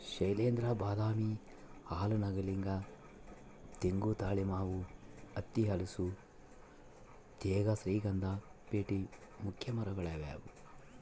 ಶೈಲೇಂದ್ರ ಬಾದಾಮಿ ಆಲ ನಾಗಲಿಂಗ ತೆಂಗು ತಾಳೆ ಮಾವು ಹತ್ತಿ ಹಲಸು ತೇಗ ಶ್ರೀಗಂಧ ಬೀಟೆ ಮುಖ್ಯ ಮರಗಳಾಗ್ಯಾವ